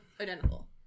identical